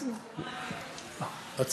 סליחה, זה אנחנו, זה לא הם.